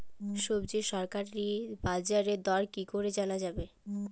সবজির সরকারি বাজার দর কি করে জানা যাবে?